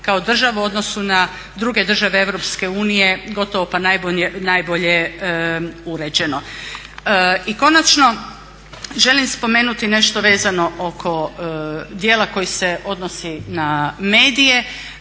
kao državu u odnosu na druge države Europske unije gotovo pa najbolje uređeno. I konačno, želim spomenuti nešto vezano oko dijela koji se odnosi na medije,